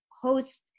host